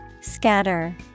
Scatter